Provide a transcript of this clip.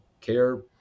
care